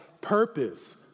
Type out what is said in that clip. purpose